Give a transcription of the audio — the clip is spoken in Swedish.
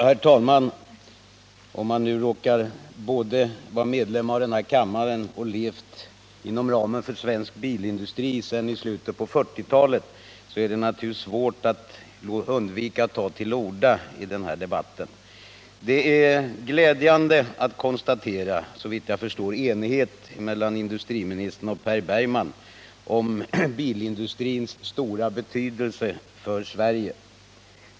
Herr talman! Om det råkar vara så att man både är ledamot av den här kammaren och har levt inom svensk bilindustri sedan slutet av 1940-talet, är det svårt att undvika att ta till orda i den här debatten. Det är glädjande att konstatera att det, såvitt jag förstår, råder enighet mellan industriministern ochPer Bergman om bilindustrins stora betydelse för Sverige.